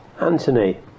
Anthony